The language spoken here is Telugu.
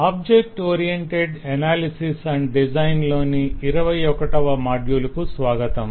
object oriented analysis and design లోని 21వ మాడ్యూల్ కు స్వాగతం